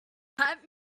that